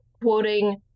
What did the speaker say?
Quoting